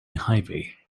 highway